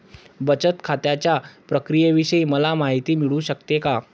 बचत खात्याच्या प्रक्रियेविषयी मला माहिती मिळू शकते का?